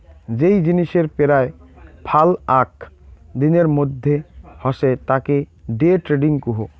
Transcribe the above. যেই জিনিসের পেরায় ফাল আক দিনের মধ্যে হসে তাকে ডে ট্রেডিং কুহ